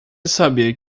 sabia